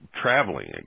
traveling